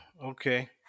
Okay